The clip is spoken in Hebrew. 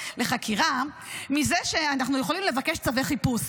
לחקירה מזה שאנחנו יכולים לבקש צווי חיפוש.